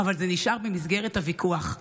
אבל זה נשאר במסגרת הוויכוח.